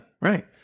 right